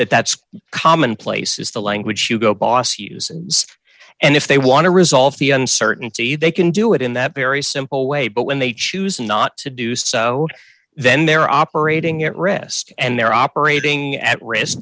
that that's commonplace is the language hugo boss use and if they want to resolve the uncertainty they can do it in that very simple way but when they choose not to do so then they're operating at risk and they're operating at risk